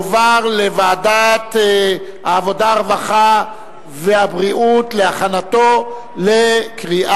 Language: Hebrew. בוועדת העבודה, הרווחה והבריאות נתקבלה.